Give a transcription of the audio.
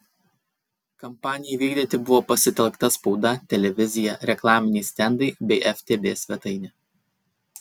kampanijai vykdyti buvo pasitelkta spauda televizija reklaminiai stendai bei ftb svetainė